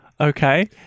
Okay